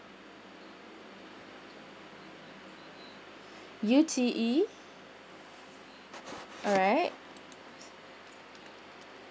U T E alright